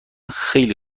خیلی